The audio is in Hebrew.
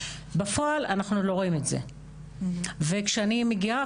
בפועל אנחנו לא רואים את זה וכשאני מגיעה,